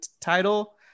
title